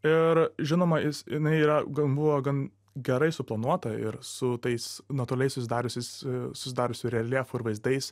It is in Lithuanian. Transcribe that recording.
ir žinoma jis jinai yra gan buvo gan gerai suplanuota ir su tais natūraliai susidariusius susidariusiu reljefu ir vaizdais